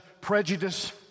prejudice